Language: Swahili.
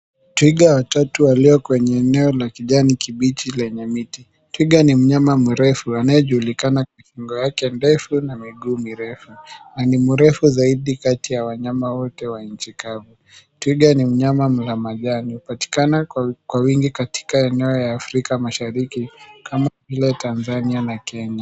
Twiga watatu walio kwenye eneo la kijani kibichi lenye miti. Twiga ni mnyama mrefu, anayejulikana kwa shingo yake ndefu na miguu mirefu na mrefu zaidi kati ya wanyama wote wa nchi kavu. Twiga ni mnyama mla majani hupatikana kwa wingi katika eneo ya Afrika mashariki kama vile Tanzania na Kenya.